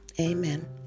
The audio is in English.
Amen